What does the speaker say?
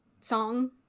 song